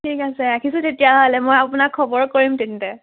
ঠিক আছে ৰাখিছোঁ তেতিয়াহ'লে মই আপোনাক খবৰ কৰিম তেন্তে